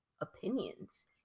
opinions